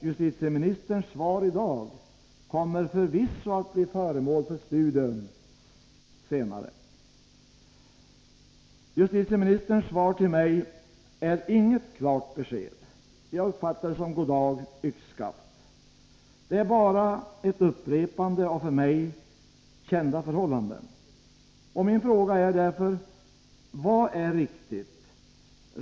Justitieministerns svar i dag kommer förvisso att senare bli föremål för studium. Justitieministerns svar till mig ger inget klart besked. Jag uppfattar det som ett goddag-yxskaft. Det innehåller bara ett upprepande av för mig kända förhållanden. Min fråga är därför: Vad är riktigt?